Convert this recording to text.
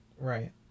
Right